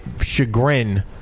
chagrin